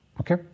Okay